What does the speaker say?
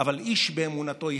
אבל איש באמונתו יחיה,